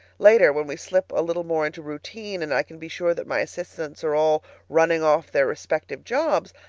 later, when we slip a little more into routine, and i can be sure that my assistants are all running off their respective jobs,